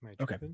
Okay